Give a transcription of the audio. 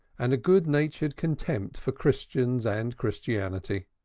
and a good-natured contempt for christians and christianity.